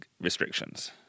restrictions